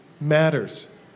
matters